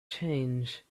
change